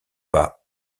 pas